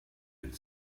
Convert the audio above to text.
and